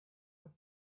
with